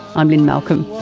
i'm lynne malcolm.